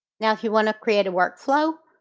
now if you want to create a workflow,